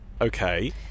Okay